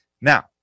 Now